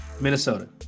Minnesota